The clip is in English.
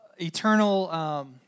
eternal